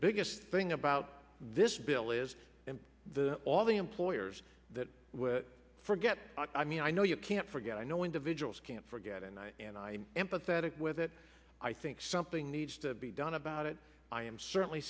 biggest thing about this bill is the all the employers that forget i mean i know you can't forget i know individuals can't forget and i and i empathetic with it i think something needs to be done about it i am certainly